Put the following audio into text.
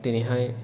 दिनैहाय